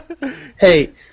Hey